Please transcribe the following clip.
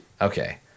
okay